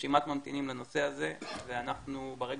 רשימת ממתינים לנושא הזה ואנחנו ברגע